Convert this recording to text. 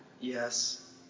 Yes